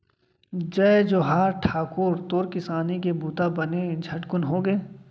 जय जोहार ठाकुर, तोर किसानी के बूता बने झटकुन होगे?